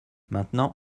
maintenant